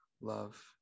love